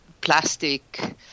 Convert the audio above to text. plastic